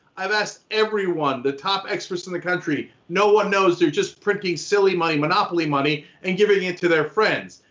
i've asked everyone, the top experts in the country. no one knows they're just printing silly money, monopoly money and giving it to their friends.